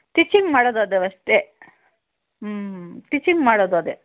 stitching ಮಾಡೋದು ಅದು ಅಷ್ಟೆ ಹ್ಞೂ ಟಿಚ್ಚಿಂಗ್ ಮಾಡೋದು ಅದೆ